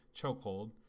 chokehold